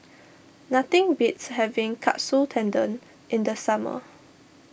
nothing beats having Katsu Tendon in the summer